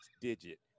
digit